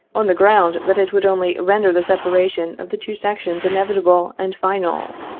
on the ground that it would only render the separation of the two sections inev itable and final.